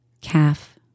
calf